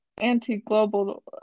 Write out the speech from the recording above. anti-global